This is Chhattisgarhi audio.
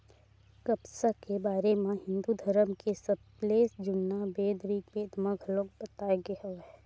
कपसा के बारे म हिंदू धरम के सबले जुन्ना बेद ऋगबेद म घलोक बताए गे हवय